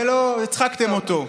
הצחקתם אותו.